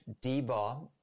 D-bar